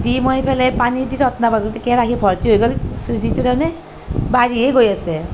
দি মই এফালে পানী দি তত নাপালো কেৰাহী ভৰ্তি হৈ গ'ল চুজিটো তাৰ মানে বাঢ়িয়ে গৈ আছে